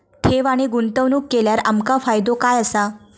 ठेव आणि गुंतवणूक केल्यार आमका फायदो काय आसा?